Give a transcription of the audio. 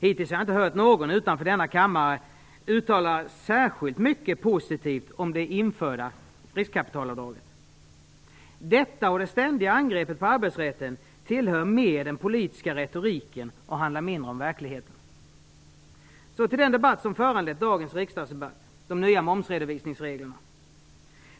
Hittills har jag inte hört någon utanför denna kammare uttala särskilt mycket positivt om det införda riskkapitalavdraget. Det och de ständiga angreppen på arbetsrätten tillhör mer den politiska retoriken och handlar mindre om verkligheten. Så till den diskussion som föranlett dagens riksdagsdebatt: de nya momsredovisningsreglerna.